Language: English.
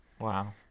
Wow